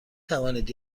توانید